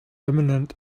imminent